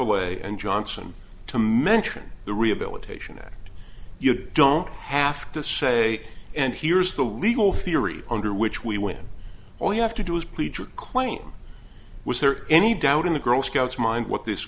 bartha way and johnson to mention the rehabilitation act you don't have to say and here's the legal theory under which we win or you have to do is plead your claim was there any doubt in the girl scouts mind what this